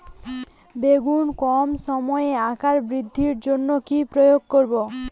বেগুনের কম সময়ে আকৃতি বৃদ্ধির জন্য কি প্রয়োগ করব?